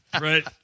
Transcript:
Right